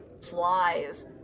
Flies